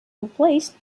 replaced